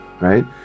right